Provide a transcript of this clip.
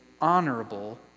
honorable